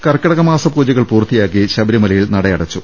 കർക്കിടക മാസപൂജകൾ പൂർത്തിയാക്കി ശബരിമല യിൽ നട അടച്ചു